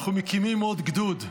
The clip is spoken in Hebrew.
אנחנו מקימים עוד גדוד.